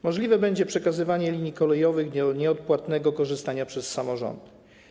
Możliwe będzie przekazywanie linii kolejowych do nieodpłatnego korzystania przez samorządy.